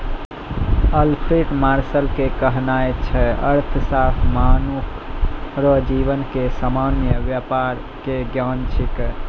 Alfred Marshall के कहनाय छै अर्थशास्त्र मनुख रो जीवन के सामान्य वेपार के ज्ञान छिकै